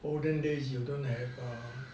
olden days you don't have a